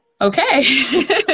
Okay